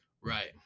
Right